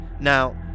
Now